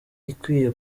ikwiye